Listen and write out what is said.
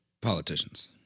politicians